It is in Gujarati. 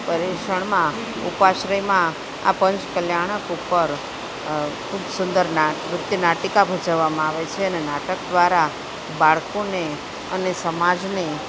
પર્યુષણમાં ઉપાશ્રયમાં આ પંચ કલ્યાણક ઉપર ખૂબ સુંદર ના નૃત્ય નાટિકા ભજવામાં આવે છે અને નાટક દ્વારા બાળકોને અને સમાજને